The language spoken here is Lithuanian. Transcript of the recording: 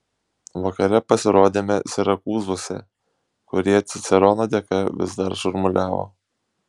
vakare pasirodėme sirakūzuose kurie cicerono dėka vis dar šurmuliavo